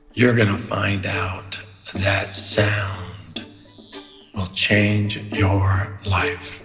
you're going to find out that sound will change your life